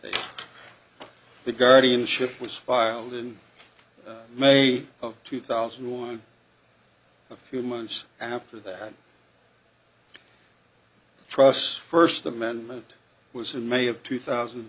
state the guardianship was filed in may of two thousand and one a few months after that trust first amendment was in may of two thousand